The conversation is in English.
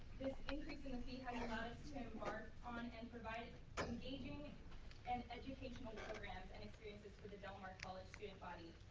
increase in the fee has allowed us to embark on and and provide engaging and educational programs and experiences for the del mar college student body.